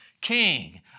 king